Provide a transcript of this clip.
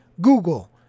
Google